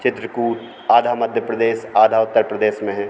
चित्रकूट आधा मध्य प्रदेश आधा उत्तर प्रदेश में है